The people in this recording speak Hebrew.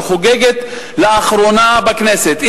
שחוגגת לאחרונה בכנסת,